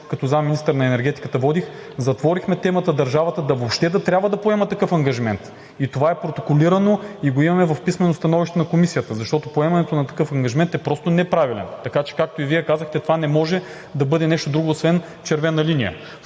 като заместник-министър на енергетиката водих, затворихме темата държавата въобще да трябва да поема такъв ангажимент. Това е протоколирано и го имаме в писмено становище на Комисията, защото поемането на такъв ангажимент е просто неправилен. Така че, както и Вие казахте, това не може да бъде нещо друго освен червена линия.